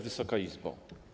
Wysoka Izbo!